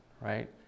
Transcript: right